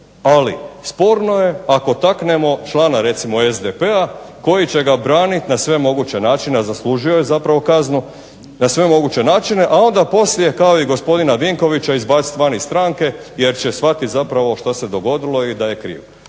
na sve moguće načine, a zaslužio je zapravo kaznu, na sve moguće načine, a onda poslije kao i gospodina Vinkovića izbaciti van iz stranke jer će shvatiti zapravo što se dogodilo i da je kriv.